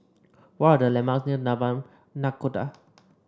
what are the landmark near Taman Nakhoda